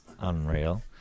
unreal